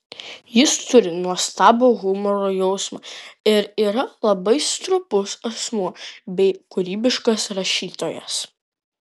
jis turi nuostabų humoro jausmą ir yra labai stropus asmuo bei kūrybiškas rašytojas